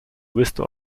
wisdom